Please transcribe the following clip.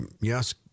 yes